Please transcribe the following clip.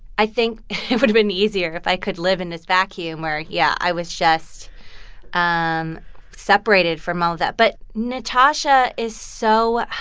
i think it would've been easier if i could live in this vacuum where, yeah, i was just um separated from all of that. but natasha is so